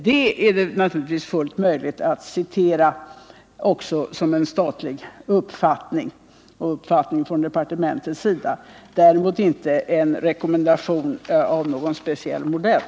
Det är naturligtvis fullt möjligt att citera detta också som en statlig uppfattning och som en uppfattning från departementets sida, däremot inte som en rekommendation av någon speciell modell.